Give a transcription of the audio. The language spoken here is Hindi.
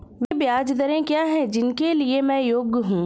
वे ब्याज दरें क्या हैं जिनके लिए मैं योग्य हूँ?